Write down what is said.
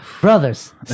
brothers